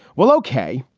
well, okay.